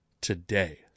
today